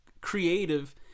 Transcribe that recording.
creative